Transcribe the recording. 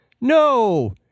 No